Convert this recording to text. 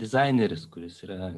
dizaineris kuris yra